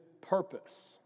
purpose